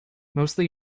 mostly